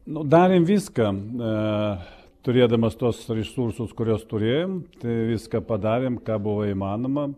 nu darėm viską na turėdamas tuos resursus kuriuos turėjome tai viską padarėm ką buvo įmanoma